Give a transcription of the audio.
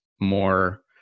more